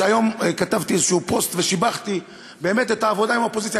והיום כתבתי איזשהו פוסט ושיבחתי באמת את העבודה עם האופוזיציה.